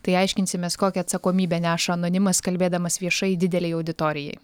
tai aiškinsimės kokią atsakomybę neša anonimas kalbėdamas viešai didelei auditorijai